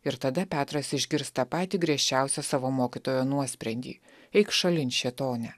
ir tada petras išgirsta patį griežčiausią savo mokytojo nuosprendį eik šalin šėtone